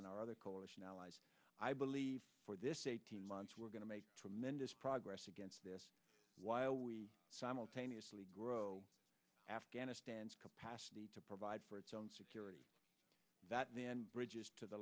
and our other coalition allies i believe for this eighteen months we're going to make tremendous progress against this while we simultaneously grow afghanistan's capacity to provide for its own security that then bridges to the